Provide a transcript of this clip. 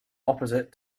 opposite